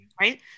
right